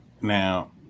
Now